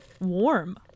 warm